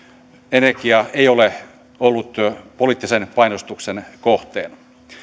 energia ei ole ollut poliittisen painostuksen kohteena